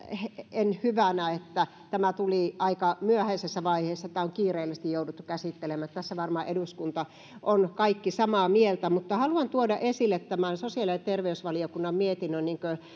että tämä tuli aika myöhäisessä vaiheessa ja tämä on kiireellisesti jouduttu käsittelemään tästä varmaan koko eduskunta on samaa mieltä haluan tuoda esille tämän sosiaali ja terveysvaliokunnan mietinnön